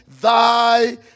thy